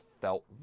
felt